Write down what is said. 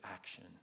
action